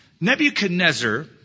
Nebuchadnezzar